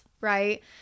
right